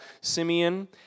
Simeon